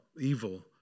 evil